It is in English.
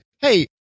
hey